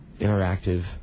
interactive